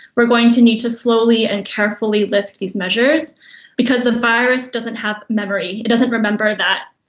we're going to need to slowly and carefully lift these measures because the virus doesn't have memory. it doesn't remember that,